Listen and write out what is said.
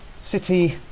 City